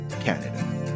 Canada